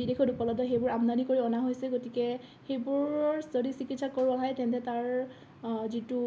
বিদেশত উপলব্ধ সেইবোৰ আমদানি কৰি অনা হৈছে গতিকে সেইবোৰৰ যদি চিকিৎসা কৰোৱা হয় তেন্তে তাৰ যিটো